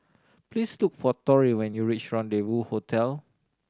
please look for Torrey when you reach Rendezvou Hotel